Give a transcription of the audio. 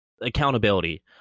accountability